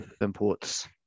imports